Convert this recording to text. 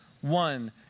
One